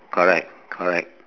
correct correct